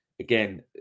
again